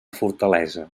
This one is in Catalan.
fortalesa